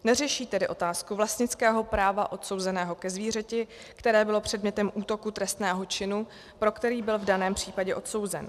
Neřeší tedy otázku vlastnického práva odsouzeného ke zvířeti, které bylo předmětem útoku trestného činu, pro který byl v daném případě odsouzen.